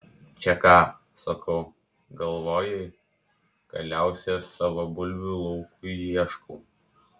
čia ką sakau galvojai kaliausės savo bulvių laukui ieškau